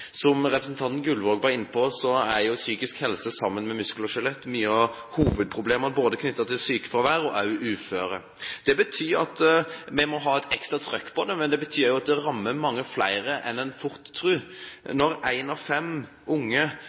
muskel- og skjelettsykdommer mye av hovedproblemet knyttet til sykefravær og uførhet. Det betyr at vi må ha et ekstra «trøkk» på dette, men det betyr også at det rammer mange flere enn en fort tror. Når én av fem unge